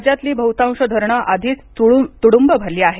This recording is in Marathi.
राज्यातली बहुतांश धरणं आधीच तुडूंब भरली आहेत